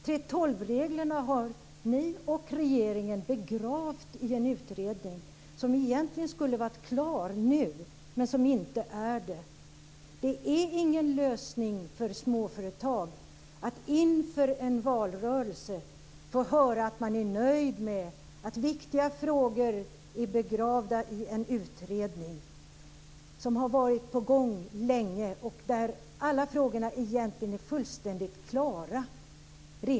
3:12 reglerna har ni och regeringen begravt i en utredning som egentligen skulle ha varit klar nu men som inte är det. Det är ingen lösning för småföretag att inför en valrörelse få höra att ni är nöjda med att viktiga frågor är begravda i en utredning som har pågått länge. Alla frågorna är egentligen redan fullständigt klara.